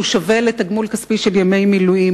שהוא שווה לתגמול כספי של ימי מילואים,